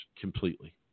completely